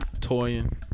Toying